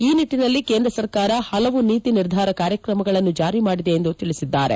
ಈ ನಿಟ್ಟನಲ್ಲಿ ಕೇಂದ್ರ ಸರ್ಕಾರ ಹಲವು ನೀತಿ ನಿರ್ಧಾರ ಕಾರ್ಯಕ್ರಮಗಳನ್ನು ಜಾರಿ ಮಾಡಿದೆ ಎಂದು ತಿಳಿಸಿದ್ದಾರೆ